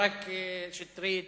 ברק ושטרית,